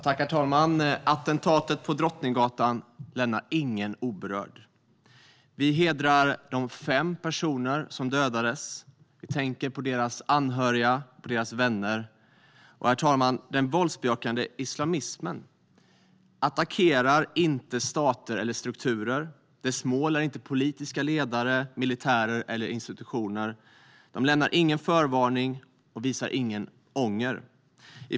Herr talman! Attentatet på Drottninggatan lämnar ingen oberörd. Vi hedrar de fem personer som dödades. Vi tänker på deras anhöriga och vänner. Herr talman! Den våldsbejakande islamismen attackerar inte stater eller strukturer. Dess mål är inte politiska ledare, militärer eller institutioner. Utövarna lämnar ingen förvarning och visar ingen ånger.